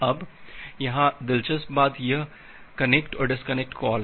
अब यहाँ दिलचस्प बात यह कनेक्ट और डिस्कनेक्ट कॉल है